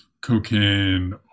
cocaine